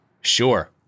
sure